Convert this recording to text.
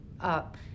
up